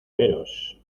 veros